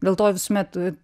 dėl to visuomet